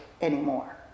anymore